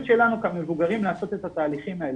שלנו כמבוגרים לעשות את התהליכים האלה.